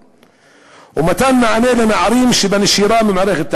ומתן מענה לנערים שבנשירה ממערכת החינוך,